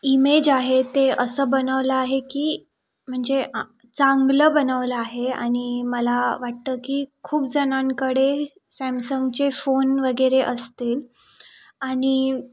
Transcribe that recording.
image आहे ते असं बनवला आहे की म्हणजे चांगलं बनवलं आहे आणि मला वाटतं की खूपजणांकडे सॅमसंगचे फोन वगैरे असतील आणि